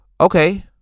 okay